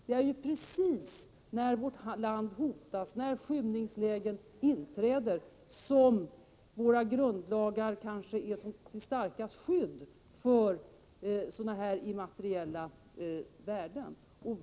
Det är precis när vårt land hotas, när skymningsläget inträder, som våra grundlagar är till starkast skydd för sådana här immateriella värden.